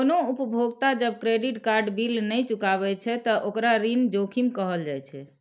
कोनो उपभोक्ता जब क्रेडिट कार्ड बिल नहि चुकाबै छै, ते ओकरा ऋण जोखिम कहल जाइ छै